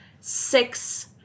six